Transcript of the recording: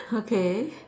okay